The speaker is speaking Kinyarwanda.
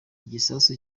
igisasu